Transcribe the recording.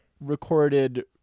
recorded